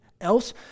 else